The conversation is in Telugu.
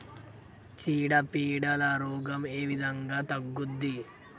చీడ పీడల రోగం ఏ విధంగా తగ్గుద్ది?